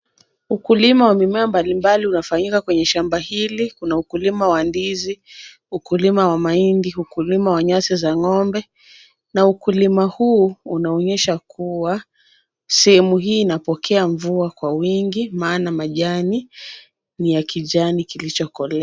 Ukulima wa mimea mbalimbali unafanyika kwenye shamba hili. Kuna ukulima wa ndizi, ukulima wa mahindi, ukulima wa nyasi za ng'ombe na ukulima huu unaonyesha kuwa sehemu hii inapokea mvua kwa wingi maana majani ni ya kijani kilichokolea.